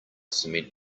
cement